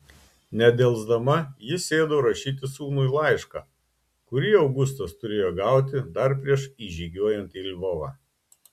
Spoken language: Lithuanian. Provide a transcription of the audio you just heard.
nedelsdama ji sėdo rašyti sūnui laišką kurį augustas turėjo gauti dar prieš įžygiuojant į lvovą